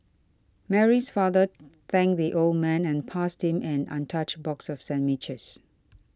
Mary's father thanked the old man and passed him an untouched box of sandwiches